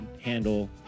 handle